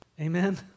Amen